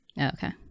Okay